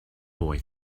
boy